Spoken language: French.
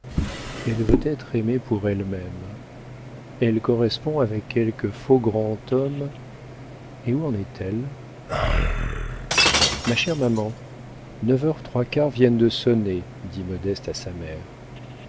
elle veut être aimée pour elle-même elle correspond avec quelque faux grand homme et où en est-elle ma chère maman neuf heures trois quarts viennent de sonner dit modeste à sa mère